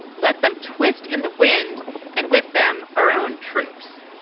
let them twist in the wind and with them our own troops